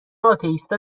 آتئیستا